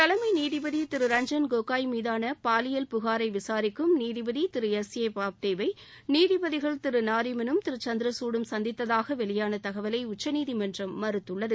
தலைமை நீதிபதி திரு ரஞ்சன் கோகோய் மீதான பாலியல் புகாரை விசாரிக்கும் நீதிபதி திரு எஸ் ஏ பாப்டேவை நீதிபதிகள் திரு நாரிமனும் திரு சந்திரசூட்டும் சந்தித்ததாக வெளியான தகவலை உச்சநீதிமன்றம் மறுத்துள்ளது